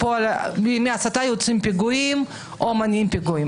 מהסתה יוצאים פיגועים או מונעים פיגועים.